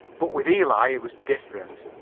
but with eli it was different.